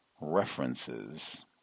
references